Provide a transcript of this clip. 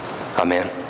Amen